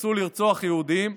יצאו לרצוח יהודים,